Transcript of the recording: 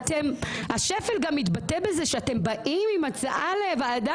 השפל גם מתבטא בזה שאתם באים עם הצעה לוועדה